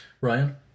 Ryan